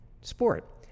sport